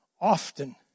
often